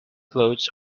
clothes